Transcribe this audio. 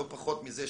לא פחות מזה,